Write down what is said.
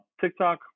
TikTok